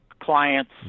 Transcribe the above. clients